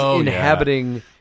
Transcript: inhabiting